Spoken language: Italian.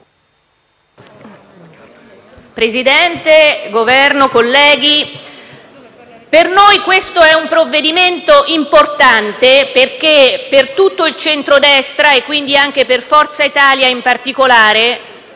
Presidente, Governo, colleghi, per noi questo è un provvedimento importante, perché per tutto il centrodestra, e quindi anche per Forza Italia in particolare,